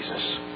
Jesus